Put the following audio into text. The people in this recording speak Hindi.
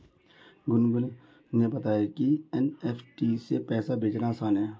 गुनगुन ने बताया कि एन.ई.एफ़.टी से पैसा भेजना आसान है